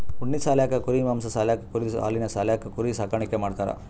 ಉಣ್ಣಿ ಸಾಲ್ಯಾಕ್ ಕುರಿ ಮಾಂಸಾ ಸಾಲ್ಯಾಕ್ ಕುರಿದ್ ಹಾಲಿನ್ ಸಾಲ್ಯಾಕ್ ಕುರಿ ಸಾಕಾಣಿಕೆ ಮಾಡ್ತಾರಾ